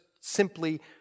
simply